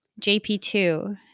JP2